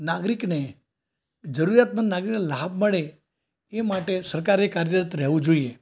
નાગરિકને જરૂરિયાતમંદ નાગરિકને લાભ મળે એ માટે સરકારે કાર્યરત રહેવું જોઈએ